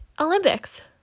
olympics